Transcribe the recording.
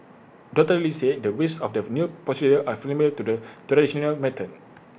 doctor lee said the risks of the new procedure are similar to the traditional method